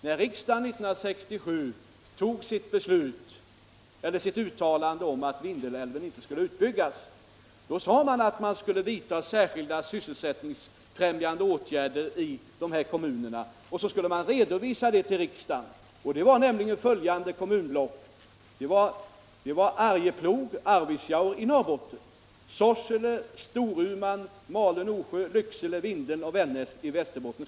När riksdagen 1967 antog sitt uttalande om att Vindelälven inte skulle byggas ut. uttalade man också att dei skulle vidtas särskilda syssefsättningsfrämjande åtgärder i följunde kommunblock: Arjeplog och Arvidsjaur i Norrbotten, Sorsele. Storuman, Malå. Norsjö. Lycksele, Vindeln och Vännäs i Västerbotten.